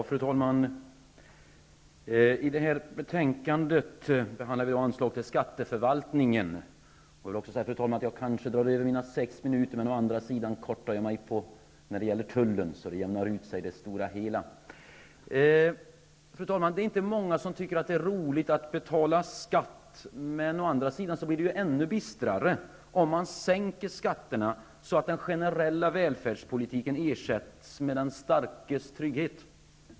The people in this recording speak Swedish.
Fru talman! Jag kommer kanske att ta i anspråk något mer än mina sex minuter, men å andra sidan skall jag korta ned mitt anförande om tullverket, så det kommer att jämna ut sig i det stora hela. I detta betänkande behandlas anslag till skatteförvaltningen. Det är inte många som tycker att det är roligt att betala skatt. Men det blir å andra sidan ännu bistrare om man sänker skatterna så att den generella välfärdspolitiken ersätts med den starkes trygghet.